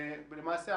למעשה,